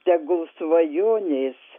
tegul svajonės